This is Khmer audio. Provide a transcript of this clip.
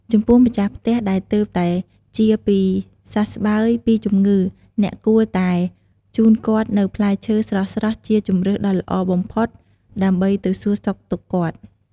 ចំពោះម្ចាស់ផ្ទះដែលទើបតែជាពីសះស្បើយពីជំងឺអ្នកគួរតែជូនគាត់នូវផ្លែឈើស្រស់ៗជាជម្រើសដ៏ល្អបំផុតដើម្បីទៅសូរសុខទុក្ខគាត់។